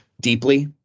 deeply